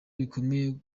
bikomeye